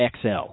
XL